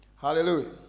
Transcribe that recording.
Hallelujah